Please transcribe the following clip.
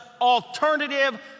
alternative